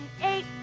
eight